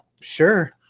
sure